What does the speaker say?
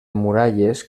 muralles